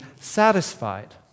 satisfied